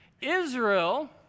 Israel